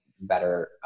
better